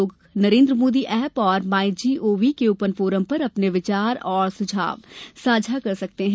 लोग नरेन्द्र मोदी ऐप और my G O V open forum पर अपने विचार और सुझाव साझा कर सकते हैं